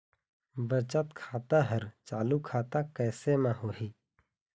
बचत खाता हर चालू खाता कैसे म होही?